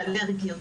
לאלרגיות,